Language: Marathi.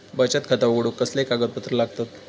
बचत खाता उघडूक कसले कागदपत्र लागतत?